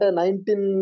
nineteen